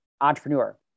entrepreneur